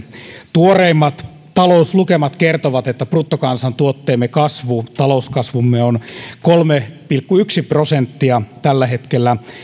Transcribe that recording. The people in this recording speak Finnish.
tuoreimmat talouslukemat kertovat että bruttokansantuotteemme kasvu talouskasvumme on kolme pilkku yksi prosenttia tällä hetkellä